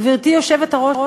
גברתי היושבת-ראש,